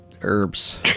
herbs